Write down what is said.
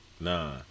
nah